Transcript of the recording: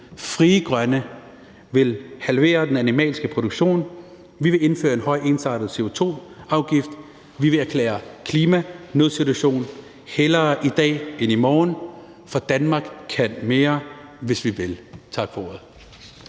Frie Grønne vil halvere den animalske produktion. Vi vil indføre en høj ensartet CO2-afgift. Vi vil erklære klimanødsituation hellere i dag end i morgen, for Danmark kan mere, hvis vi vil. Tak for ordet.